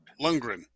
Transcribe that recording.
Lundgren